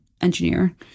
engineer